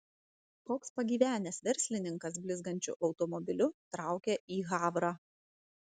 koks pagyvenęs verslininkas blizgančiu automobiliu traukia į havrą